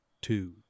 Two